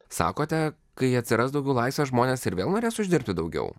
sakote kai atsiras daugiau laisvės žmonės ir vėl norės uždirbti daugiau